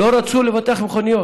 לא רצו לבטח מכוניות.